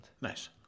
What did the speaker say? Nice